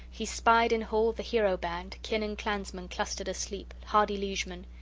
he spied in hall the hero-band, kin and clansmen clustered asleep, hardy liegemen.